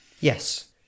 yes